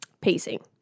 pacing